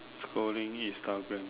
scrolling Instagram